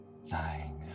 sighing